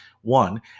one